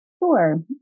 Sure